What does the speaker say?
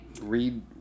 Read